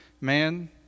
man